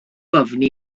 ofni